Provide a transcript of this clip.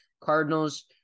Cardinals